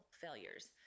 failures